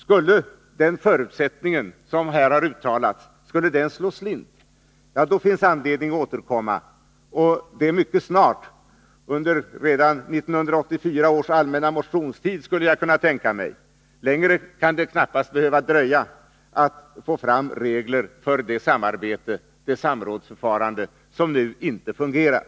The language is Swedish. Skulle den förutsättning som här har uttalats slå slint finns det anledning återkomma, och det mycket snart — under 1984 års allmänna motionstid, skulle jag kunna tänka mig, eftersom det knappast kan få dröja längre att få fram regler för det samrådsförfarande som nu inte fungerar.